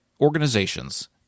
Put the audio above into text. organizations